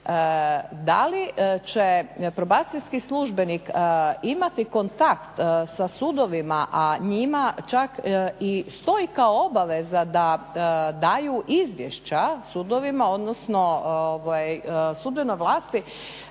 Da li će probacijski službenik imati kontakt sa sudovima, a njima čak i stoji kao obaveza da daju izvješća sudovima, odnosno sudbenoj vlasti.